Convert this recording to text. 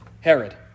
Herod